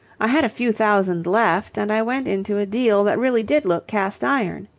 i had a few thousand left, and i went into a deal that really did look cast-iron.